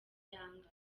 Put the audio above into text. yanga